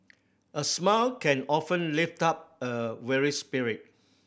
a smile can often lift up a weary spirit